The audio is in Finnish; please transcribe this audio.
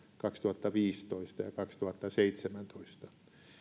kaksituhattaviisitoista ja kaksituhattaseitsemäntoista